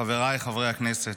חבריי חברי הכנסת,